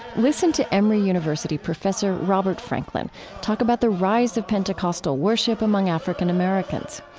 listen to emery university professor robert franklin talk about the rise of pentecostal worship among african-americans.